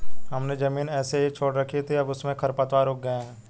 हमने ज़मीन ऐसे ही छोड़ रखी थी, अब उसमें खरपतवार उग गए हैं